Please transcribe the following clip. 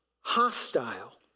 hostile